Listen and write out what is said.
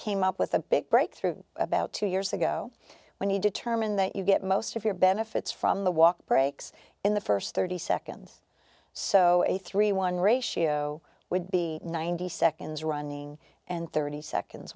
came up with a big breakthrough about two years ago when you determine that you get most of your benefits from the walk breaks in the st thirty seconds so a thirty one a show would be ninety seconds running and thirty seconds